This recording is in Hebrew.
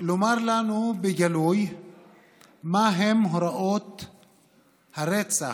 לומר לנו בגלוי מהן הוראות הרצח,